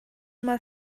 mal